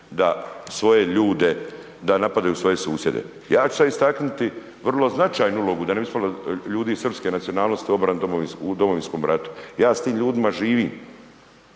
da svoje ljude, da napadaju svoje susjede. Ja ću sad istaknuti vrlo značajnu ulogu, da ne bi ispalo da ljudi srpske nacionalnosti u Domovinskom ratu. Ja s tim ljudima živim,